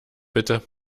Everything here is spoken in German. bitte